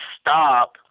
stop